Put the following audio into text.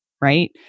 right